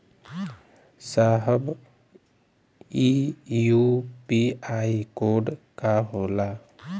साहब इ UPI code का होला?